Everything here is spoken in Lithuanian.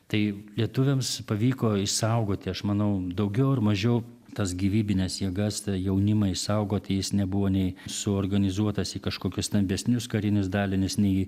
tai lietuviams pavyko išsaugoti aš manau daugiau ar mažiau tas gyvybines jėgas tą jaunimą išsaugoti jis nebuvo nei suorganizuotas į kažkokius stambesnius karinius dalinius nei